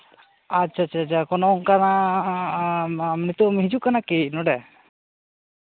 ᱟᱪᱪᱷᱟ ᱟᱪᱪᱷᱟ ᱠᱳᱱᱳ ᱚᱱᱠᱟᱱᱟᱜ ᱱᱤᱛᱚᱜ ᱮᱢ ᱦᱤᱡᱩᱜ ᱠᱟᱱᱟ ᱠᱤ ᱚᱸᱰᱮ